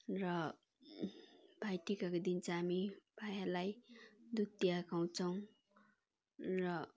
र भाइटीकाको दिन चाहिँ हामी भाइहरूलाई दुत्त्या खुवाउँछौँ र